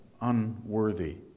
unworthy